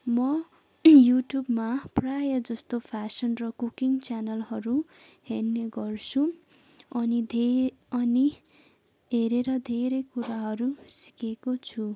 म युट्युबमा प्रायः जस्तो फ्यासन र कुकिङ च्यानलहरू हेर्ने गर्छु अनि धेर अनि हेरेर धेरै कुराहरू सिकेको छु